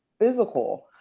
physical